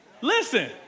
Listen